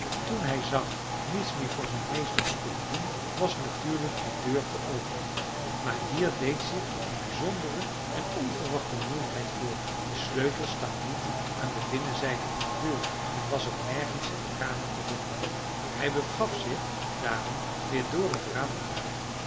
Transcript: toen hij zag niets meer voor zijn meester te kunnen doen was natuurlijk de deur te openen maar hier deed zich een bijzondere en onverwachte moeilijkheid voor de sleutel stak niet aan de binnenzijde in de deur en was ook nergens in de kamer te vinden hij begaf zich daarom weer door het raam naar buiten